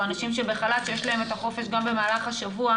אנשים שבחל"ת שיש להם את החופש גם במהלך השבוע,